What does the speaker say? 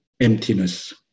emptiness